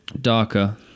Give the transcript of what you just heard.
darker